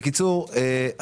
בקיצור,